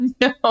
No